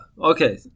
Okay